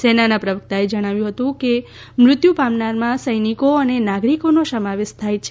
સેનાના પ્રવક્તાએ જણાવ્યું હતું કે મૃત્યુ પામનારમાં સૈનિકો અને નાગરિકોનો સમાવેશ થાય છે